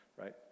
right